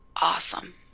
Awesome